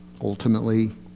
ultimately